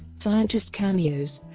scientist cameos